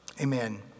Amen